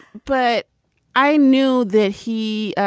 but i knew that he